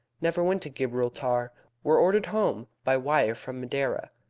never went to gibraltar. were ordered home by wire from madeira.